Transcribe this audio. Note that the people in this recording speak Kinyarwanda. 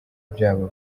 byabo